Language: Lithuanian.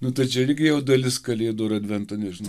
nu tai čia irgi jau dalis kalėdų ir advento nežinau